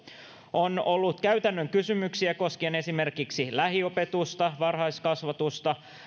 on ollut käytännön kysymyksiä koskien esimerkiksi lähiopetusta ja varhaiskasvatusta